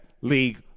league